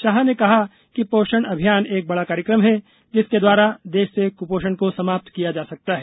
शाह ने कहा कि पोषण अभियान एक बड़ा कार्यक्रम है जिसके द्वारा देश से कुपोषण को समाप्त किया जा सकता है